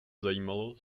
zajímalo